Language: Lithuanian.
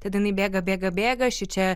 tada jinai bėga bėga bėga šičia